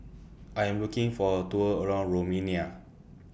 I Am looking For A Tour around Romania